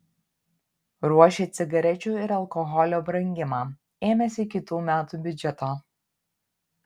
ruošia cigarečių ir alkoholio brangimą ėmėsi kitų metų biudžeto